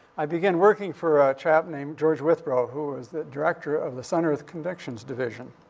i began working for a chap named george withrow, who was the director of the sun-earth connections division.